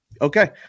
Okay